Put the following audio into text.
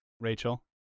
Rachel